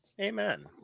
Amen